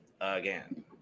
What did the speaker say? again